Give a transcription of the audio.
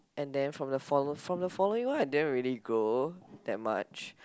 and then from the follow~ from the following one I didn't really grow that much